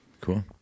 cool